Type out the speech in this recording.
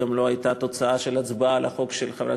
גם לא הייתה התוצאה של הצבעה על החוק של חברת